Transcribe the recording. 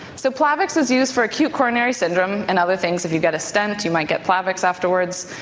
so plavix is used for acute coronary syndrome and other things. if you get a stent you might get plavix afterwards.